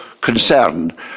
concern